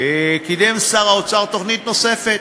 קידם שר האוצר תוכנית נוספת,